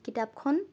কিতাপখন